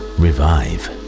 revive